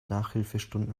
nachhilfestunden